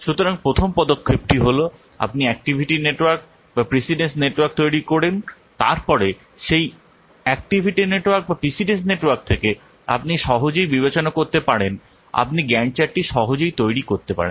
সুতরাং প্রথম পদক্ষেপটি হল আপনি অ্যাক্টিভিটি নেটওয়ার্ক বা প্রিসিডেন্স নেটওয়ার্ক তৈরি করুন তারপরে সেই অ্যাক্টিভিটি নেটওয়ার্ক বা প্রিসিডেন্স নেটওয়ার্ক থেকে আপনি সহজেই বিবেচনা করতে পারেন আপনি গ্যান্ট চার্টটি সহজেই তৈরি করতে পারেন